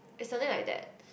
is something like that